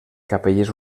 capelles